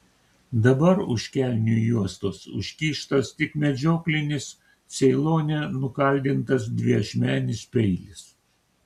dabar už kelnių juostos užkištas tik medžioklinis ceilone nukaldintas dviašmenis peilis